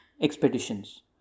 expeditions